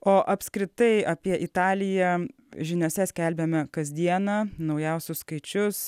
o apskritai apie italiją žiniose skelbiame kasdieną naujausius skaičius